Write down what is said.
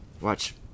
Watch